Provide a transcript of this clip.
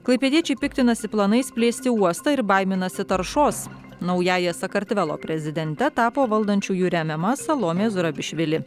klaipėdiečiai piktinasi planais plėsti uostą ir baiminasi taršos naująja sakartvelo prezidente tapo valdančiųjų remiama salomė zurabišvili